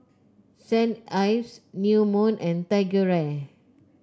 Saint Ives New Moon and TigerAir